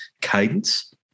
cadence